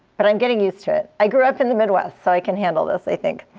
but i'm getting used to it. i grew up in the midwest, so i can handle this, i think.